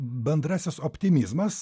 bendrasis optimizmas